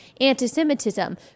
anti-Semitism